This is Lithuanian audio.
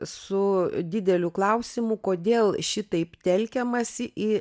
su dideliu klausimu kodėl šitaip telkiamasi į